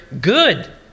good